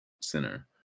center